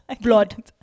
blood